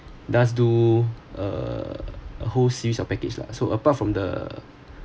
does do uh a whole series of package lah so apart from the